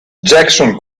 jackson